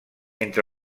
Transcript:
entre